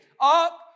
up